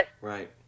Right